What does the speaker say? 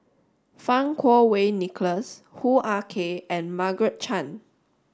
Fang Kuo Wei Nicholas Hoo Ah Kay and Margaret Chan